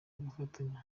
gufatanya